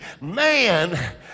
man